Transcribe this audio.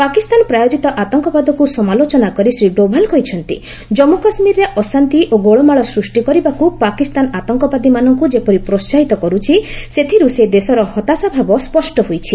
ପାକିସ୍ତାନ ପ୍ରାୟୋଜିତ ଆତଙ୍କବାଦକୁ ସମାଲୋଚନା କରି ଶ୍ରୀ ଡୋଭାଲ୍ କହିଛନ୍ତି ଜମ୍ମୁ କାଶ୍ମୀରରେ ଅଶାନ୍ତି ଓ ଗୋଳମାଳ ସୂଷ୍ଟି କରିବାକୁ ପାକିସ୍ତାନ ଆତଙ୍କବାଦୀମାନଙ୍କୁ ଯେପରି ପ୍ରୋହାହିତ କରୁଛି ସେଥିରୁ ସେ ଦେଶର ହତାଶା ଭାବ ସ୍ୱଷ୍ଟ ହୋଇଛି